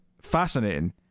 fascinating